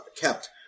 kept